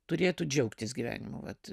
turėtų džiaugtis gyvenimu vat